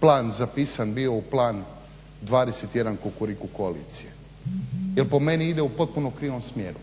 plan zapisan bio u Plan 21 Kukuriku koalicije. Jer po meni ide u potpuno krivom smjeru.